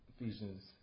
Ephesians